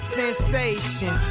sensation